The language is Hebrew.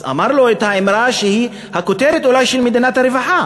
אז אמר לו את האמרה שהיא אולי הכותרת של מדינת הרווחה: